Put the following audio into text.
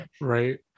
Right